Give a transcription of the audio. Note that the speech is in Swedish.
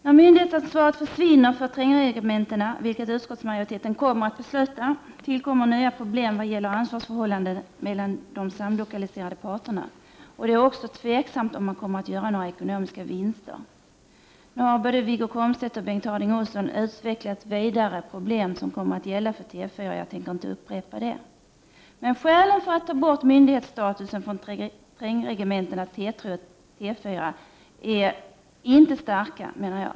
När myndighetsansvaret försvinner för trängregementena, vilket utskottsmajoriteten kommer att föreslå, tillkommer nya problem vad gäller ansvarsförhållanden mellan de samlokaliserade parterna. Det är också tveksamt om man kommer att göra några ekonomiska vinster. Nu har både Wiggo Komstedt och Bengt Harding Olson utvecklat vidare vilka problem som kommer att gälla för T 4, och jag tänker inte upprepa det. Skälen för att ta bort myndighetsstatusen från trängregementena T 3 och T 4ärinte starka, menar jag.